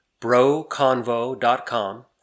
broconvo.com